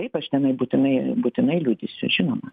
taip aš tenai būtinai būtinai liudysiu žinoma